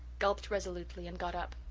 gulped resolutely and got up.